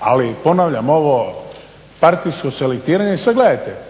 ali ponavljam ono partijsko selektiranje sad gledajte.